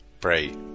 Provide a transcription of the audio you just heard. Pray